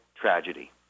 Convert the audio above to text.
tragedy